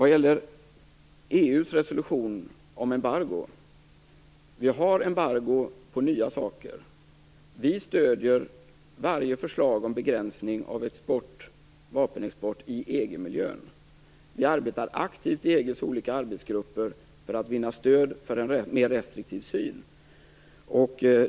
Vad gäller EU:s resolution om embargo vill jag säga att vi har embargo på nya åtaganden. Vi stödjer varje förslag om begränsning av vapenexport i EG miljön. Vi arbetar aktivt i EG:s olika arbetsgrupper för att vinna stöd för en mer restriktiv syn.